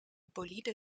bolide